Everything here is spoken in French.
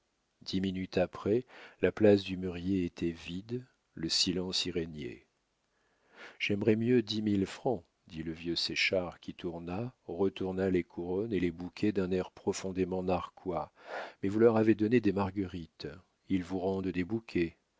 dix minutes après la place du mûrier était vide le silence y régnait j'aimerais mieux dix mille francs dit le vieux séchard qui tourna retourna les couronnes et les bouquets d'un air profondément narquois mais vous leur avez donné des marguerites ils vous rendent des bouquets